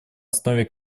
основе